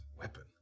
weapon